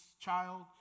child